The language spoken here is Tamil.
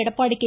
எடப்பாடி கே